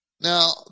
Now